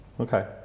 Okay